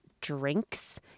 drinks